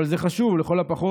אבל זה חשוב, לכל הפחות